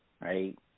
right